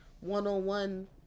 one-on-one